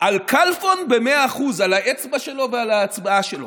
על כלפון במאה אחוז, על האצבע שלו ועל ההצבעה שלו.